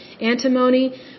antimony